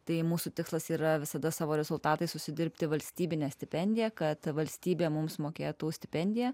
tai mūsų tikslas yra visada savo rezultatais užsidirbti valstybinę stipendiją kad valstybė mums mokėtų stipendiją